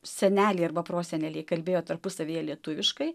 seneliai arba proseneliai kalbėjo tarpusavyje lietuviškai